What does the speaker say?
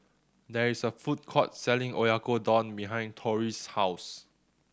there is a food court selling Oyakodon behind Torie's house